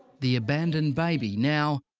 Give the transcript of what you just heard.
the abandoned baby, now,